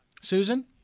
Susan